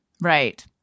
right